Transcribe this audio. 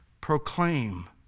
proclaim